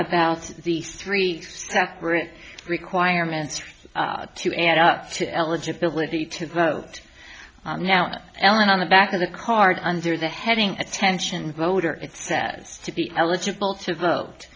about these three separate requirements to add up to eligibility to vote now an element on the back of the card under the heading attention voter it says to be eligible to vote